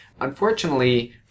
unfortunately